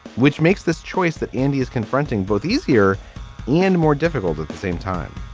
which makes this choice that andy is confronting both easier and more difficult at the same time,